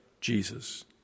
Jesus